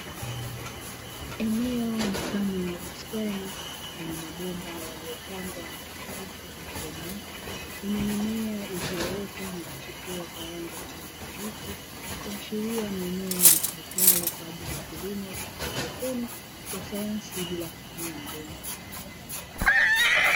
Eneo mfano wa bustani yenye mabomba yaliyopangwa katika safu zilizonyooka kwenye mimea iliyoota na kuchipua kwa rangi ya kijani kibichi, kuashiria ni eneo litumikalo kwa ajili ya kilimo cha haidroponi ya sayansi bila kutumia udongo.